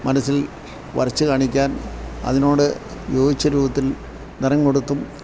മനസ്സിൽ വരച്ച് കാണിക്കാൻ അതിനോട് യോജിച്ച രൂപത്തിൽ നിറം കൊടുത്തും